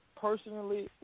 personally